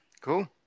Cool